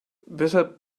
weshalb